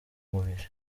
mubiri